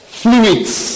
fluids